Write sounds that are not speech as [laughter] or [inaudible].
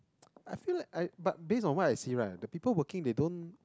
[noise] I feel like I but based on what I see right the people working they don't